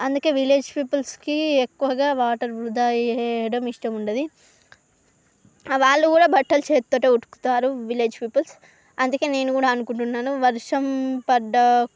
అందుకే విలేజ్ పీపుల్స్కి ఎక్కువగా వాటర్ వృధా చేయడం ఇష్టం ఉండది వాళ్ళు కూడా బట్టలు చేత్తోటే ఉతుకుతారు విలేజ్ పీపుల్స్ అందుకే నేను కూడా అనుకుంటున్నాను వర్షం పడ్డ